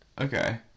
okay